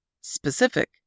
Specific